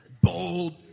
bold